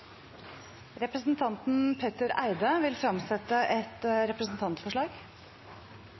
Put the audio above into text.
Representanten Petter Eide vil fremsette et representantforslag.